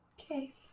Okay